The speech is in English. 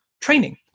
training